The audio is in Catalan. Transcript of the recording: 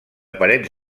parets